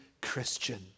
Christian